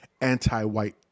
anti-white